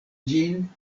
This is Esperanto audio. ĝin